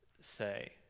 say